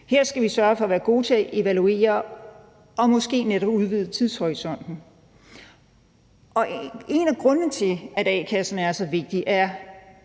Her skal vi sørge for at være gode til at evaluere og måske netop at udvide tidshorisonten. En af grundene til, at a-kasserne er så vigtige, er